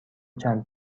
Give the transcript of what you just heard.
چند